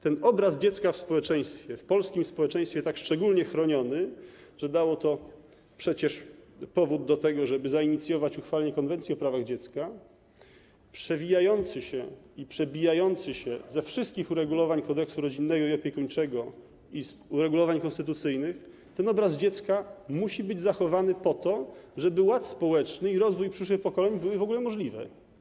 Ten obraz dziecka w społeczeństwie, w polskim społeczeństwie tak szczególnie chroniony, że dało to przecież powód do tego, żeby zainicjować uchwalenie Konwencji o prawach dziecka, przewijający się i przebijający się ze wszystkich uregulowań Kodeksu rodzinnego i opiekuńczego i z uregulowań konstytucyjnych, ten obraz dziecka musi być zachowany po to, żeby ład społeczny i rozwój przyszłych pokoleń były w ogóle możliwe.